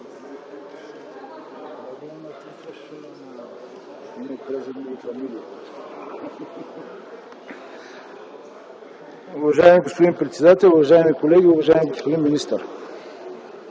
Уважаеми господин председател, уважаеми колеги, уважаеми господин министър!